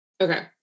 Okay